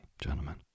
gentlemen